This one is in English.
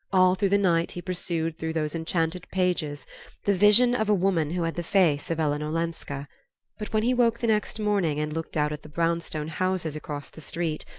all through the night he pursued through those enchanted pages the vision of a woman who had the face of ellen olenska but when he woke the next morning, and looked out at the brownstone houses across the street,